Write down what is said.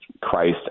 Christ